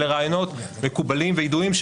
אלה רעיונות מקובלים וידועים,